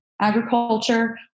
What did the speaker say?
agriculture